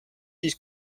siis